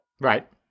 Right